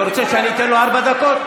אתה רוצה שאני אתן לו ארבע דקות?